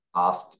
Asked